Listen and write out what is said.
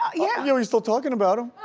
yeah. you're still talking about him.